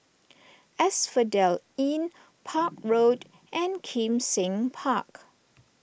Asphodel Inn Park Road and Kim Seng Park